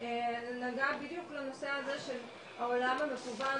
נגע בדיוק לנושא הזה של העולם המקוון,